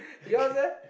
yours eh